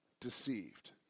deceived